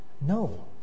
No